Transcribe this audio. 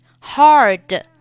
Hard